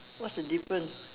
what's the difference